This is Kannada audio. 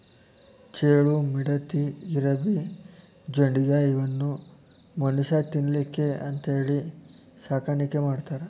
ಚೇಳು, ಮಿಡತಿ, ಇರಬಿ, ಜೊಂಡಿಗ್ಯಾ ಇವನ್ನು ಮನುಷ್ಯಾ ತಿನ್ನಲಿಕ್ಕೆ ಅಂತೇಳಿ ಸಾಕಾಣಿಕೆ ಮಾಡ್ತಾರ